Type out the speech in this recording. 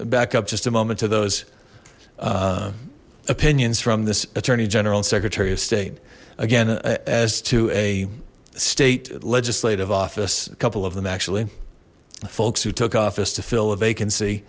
back up just a moment to those opinions from this attorney general and secretary of state again as to a state legislative office a couple of them actually folks who took office to fill a vacancy